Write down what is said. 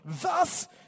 Thus